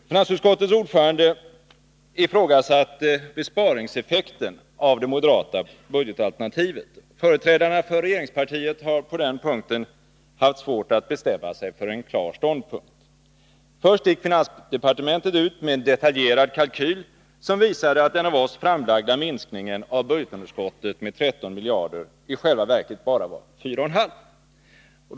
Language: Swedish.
Finansutskottets ordförande ifrågasatte besparingseffekten av det moderata budgetalternativet. Företrädarna för regeringspartiet har på den punkten haft svårt att bestämma sig för en klar ståndpunkt. Först gick finansdepartementet ut med en detaljerad kalkyl, som visade att den av oss föreslagna minskningen av budgetunderskottet med 13 miljarder i själva verket bara var 4,5.